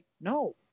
no